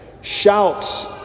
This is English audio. Shouts